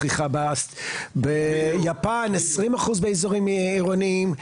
ביפן - 20% באזורים עירוניים.